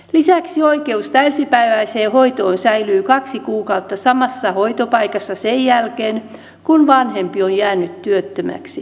lisäksi oikeus täysipäiväiseen hoitoon säilyy kaksi kuukautta samassa hoitopaikassa sen jälkeen kun vanhempi on jäänyt työttömäksi